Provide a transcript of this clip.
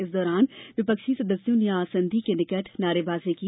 इस दौरान विपक्षी सदस्यों ने आसंदी के निकट नारेबाजी की